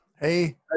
Hey